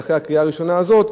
אחרי הקריאה הראשונה הזאת,